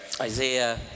Isaiah